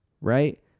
right